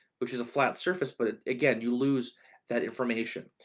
which is a flat surface, but again, you lose that information.